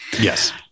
yes